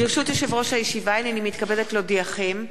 ברשות יושב-ראש הישיבה, הנני מתכבדת להודיעכם,